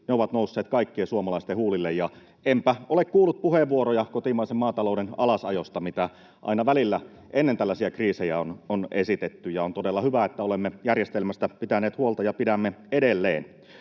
ovat nousseet kaikkien suomalaisten huulille. Ja enpä ole kuullut puheenvuoroja kotimaisen maatalouden alasajosta, mitä aina välillä, ennen tällaisia kriisejä, on esitetty. On todella hyvä, että olemme järjestelmästä pitäneet huolta ja pidämme edelleen.